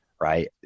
right